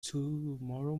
tomorrow